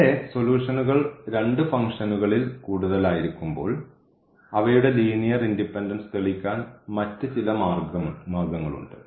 ഇവിടെ സൊല്യൂഷൻകൾ രണ്ട് ഫംഗ്ഷനുകളിൽ കൂടുതൽ ആയിരിക്കുമ്പോൾ അവയുടെ ലീനിയർ ഇൻഡിപെൻഡൻസ് തെളിയിക്കാൻ മറ്റ് ചില മാർഗങ്ങളുണ്ട്